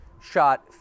shot